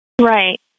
Right